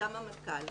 וגם המנכ"ל,